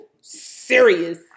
serious